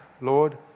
Lord